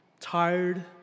Tired